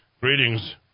Greetings